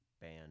band